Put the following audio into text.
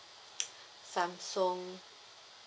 samsung